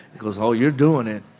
goes, oh, you're doing it.